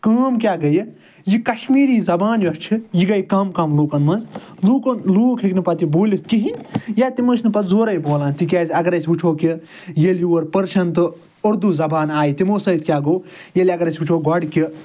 کٲم کیٛاہ گٔیہِ یہِ کَشمیٖری زَبان یۄس چھِ یہِ گٔے کَم کَم لُکن منٛز لُکَن لوٗکھ ہیٚکہِ نہٕ پَتہٕ یہِ بوٗلِتھ کِہیٖںی تِم ٲسۍ نہٕ پَتہٕ زورَے بولان تِکیازِ اَگر أسۍ وٕچھو کہِ ییٚلہِ یور پٔرشَن تہٕ اُردو زَبان آیہِ تِمو سۭتۍ کیاہ گوٚو ییٚلہِ اَگر أسۍ وٕچھو گۄڈٕ کہِ